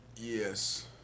Yes